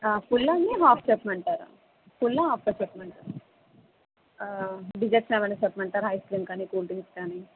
ఫుల్లా అండి హాఫ్ చెప్పమంటారా ఫుల్లా హాఫ్ అ చెప్పమంటా డిజర్ట్స్ ఏవన్న చెప్పమంటారా ఐస్ క్రీమ్ కానీ కూల్ డ్రింక్స్ కానీ